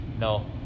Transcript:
No